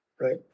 right